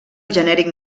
genèric